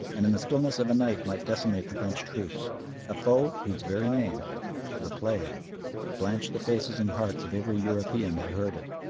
and in the stillness of a night might decimate the french troops a foe whose very name the plague blanched the faces and hearts of every european who heard it.